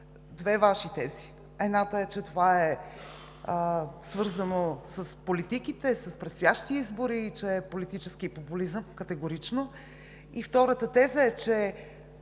две Ваши тези. Едната е, че това е свързано с политиките, с предстоящите избори и че е политически популизъм – категорично. Втората теза е, че